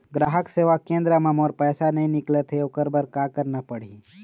ग्राहक सेवा केंद्र म मोर पैसा नई निकलत हे, ओकर बर का करना पढ़हि?